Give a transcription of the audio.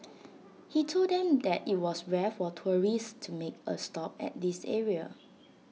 he told them that IT was rare for tourists to make A stop at this area